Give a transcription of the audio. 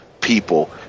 people